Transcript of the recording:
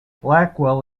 blackwell